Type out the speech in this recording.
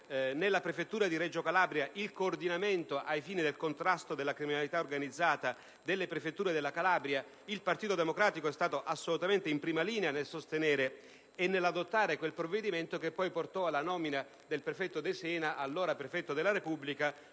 nella prefettura di Reggio Calabria il coordinamento, ai fini del contrasto della criminalità organizzata, delle prefetture della Calabria, il Partito Democratico è stato in prima linea nel sostenere e nell'adottare quel provvedimento, che poi portò alla nomina del prefetto De Sena quale coordinatore dei prefetti della Calabria.